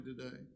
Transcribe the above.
today